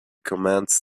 commands